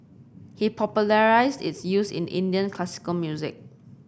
he popularised its use in Indian classical music